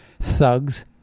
thugs